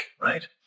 right